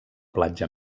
platja